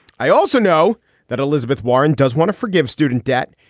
i also know that elizabeth warren does want to forgive student debt.